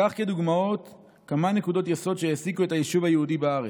ניקח כדוגמאות כמה סוגיות יסוד שהעסיקו את היישוב היהודי בארץ.